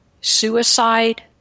suicide